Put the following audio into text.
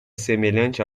semelhante